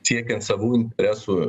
siekiant savų interesų